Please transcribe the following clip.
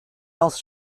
else